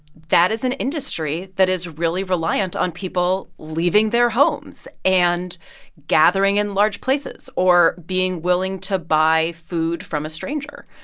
that is an industry that is really reliant on people leaving their homes and gathering in large places or being willing to buy food from a stranger.